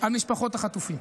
על משפחות החטופים.